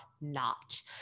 notch